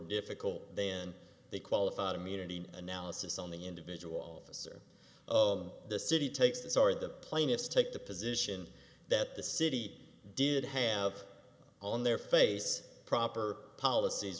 difficult then the qualified immunity analysis on the individual officer of the city takes these are the plaintiffs take the position that the city did have on their face proper policies